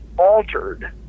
Altered